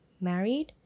married